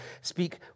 speak